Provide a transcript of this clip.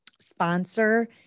sponsor